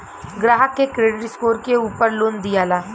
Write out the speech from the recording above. ग्राहक के credit score के उपर लोन दियाला